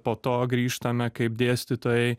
po to grįžtame kaip dėstytojai